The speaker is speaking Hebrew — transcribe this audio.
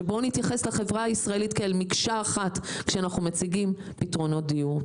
שבואו נתייחס לחברה הישראלית כאל מקשה אחת כשאנחנו מציגים פתרונות דיור.